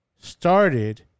started